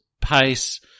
pace